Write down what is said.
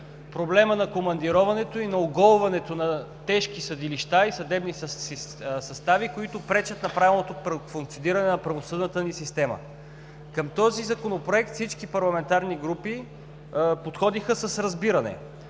проблемът на командироването и на оголването на тежки съдилища и съдебни състави, които пречат на правилното процедиране на правосъдната ни система. Към този Законопроект всички парламентарни групи подходиха с разбиране,